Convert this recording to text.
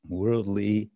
worldly